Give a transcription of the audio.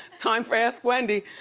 time for ask wendy.